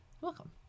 welcome